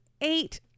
eight